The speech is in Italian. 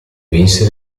vinse